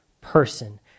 person